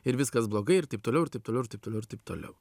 ir viskas blogai ir taip toliau ir taip ir taip toliau ir taip toliau